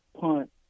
punt